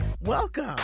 Welcome